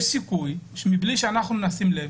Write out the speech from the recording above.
האם יש סיכוי, שמבלי שנשים לב,